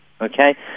okay